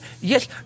yes